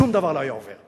שום דבר לא היה עובר.